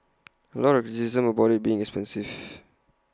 A lot of criticism about IT being expensive